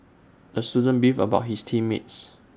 the student beefed about his team mates